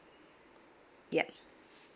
ya